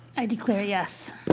i declare yes.